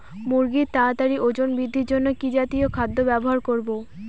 মুরগীর তাড়াতাড়ি ওজন বৃদ্ধির জন্য কি জাতীয় খাদ্য ব্যবহার করব?